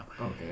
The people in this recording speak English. Okay